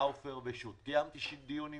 לאופר ושות', קיימתי דיון עם